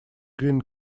green